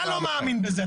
אתה לא מאמין לזה.